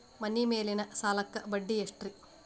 ಮನಿ ಮೇಲಿನ ಸಾಲಕ್ಕ ಬಡ್ಡಿ ಎಷ್ಟ್ರಿ?